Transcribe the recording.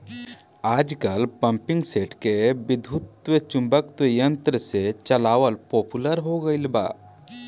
आजकल पम्पींगसेट के विद्युत्चुम्बकत्व यंत्र से चलावल पॉपुलर हो गईल बा